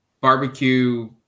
barbecue